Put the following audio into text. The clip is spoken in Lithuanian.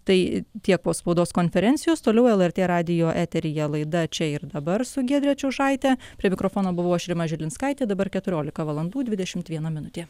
tai tiek po spaudos konferencijos toliau lrt radijo eteryje laida čia ir dabar su giedre čiužaite prie mikrofono buvau aš rima žilinskaitė dabar keturiolika valandų dvidešimt viena minutė